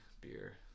beer